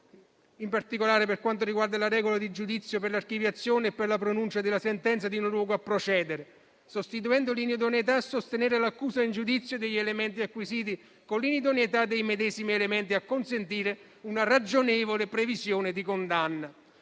in particolare per quanto riguarda la regola di giudizio per l'archiviazione e per la pronuncia della sentenza di non luogo a procedere, sostituendo l'inidoneità a sostenere l'accusa in giudizio degli elementi acquisiti con l'inidoneità dei medesimi elementi a consentire una ragionevole previsione di condanna;